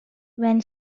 when